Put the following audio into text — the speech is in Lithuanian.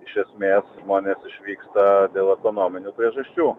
iš esmės žmonės išvyksta dėl ekonominių priežasčių